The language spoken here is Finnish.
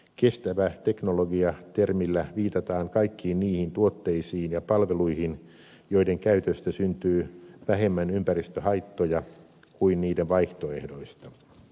kestävä teknologia termillä viitataan kaikkiin niihin tuotteisiin ja palveluihin joiden käytöstä syntyy vähemmän ympäristöhaittoja kuin niiden vaihtoehdoista